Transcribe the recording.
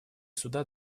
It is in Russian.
суда